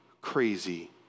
crazy